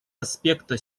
аспекта